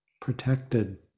protected